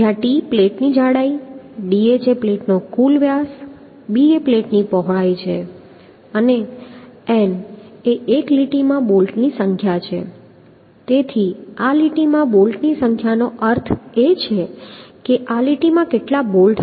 જ્યાં t પ્લેટની જાડાઈ dh એ પ્લેટનો કુલ વ્યાસ છે b એ પ્લેટની પહોળાઈ છે અને n એ એક લીટીમાં બોલ્ટની સંખ્યા છે તેથી આ એક લીટીમાં બોલ્ટની સંખ્યાનો અર્થ છે કે આ લીટીમાં કેટલા બોલ્ટ